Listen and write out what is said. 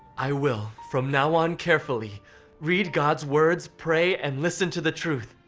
i will from now on carefully read god's words, pray and listen to the truth.